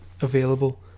available